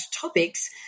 topics